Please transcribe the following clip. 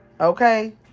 Okay